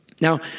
Now